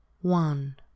One